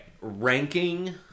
ranking